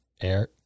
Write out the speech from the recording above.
air